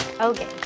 Okay